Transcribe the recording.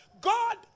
God